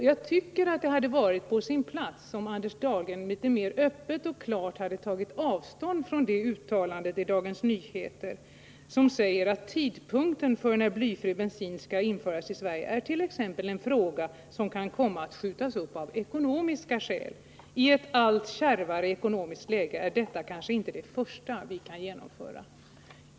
Jag tycker att det hade varit på sin plats att Anders Dahlgren öppet och klart hade tagit avstånd från det uttalande i Dagens Nyheter där det sägs att frågan om tidpunkten när blyfri bensin skall införas i Sverige kan komma att skjutas upp av ekonomiska skäl och att i ett allt kärvare ekonomiskt läge är detta kanske inte det första vi kan genomföra.